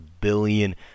billion